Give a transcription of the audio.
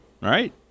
Right